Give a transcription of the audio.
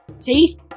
Teeth